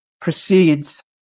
proceeds